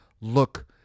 look